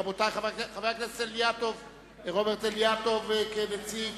רבותי, חבר הכנסת רוברט אילטוב כנציג